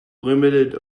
limited